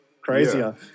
crazier